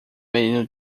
menino